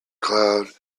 cloud